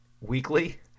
weekly